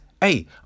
hey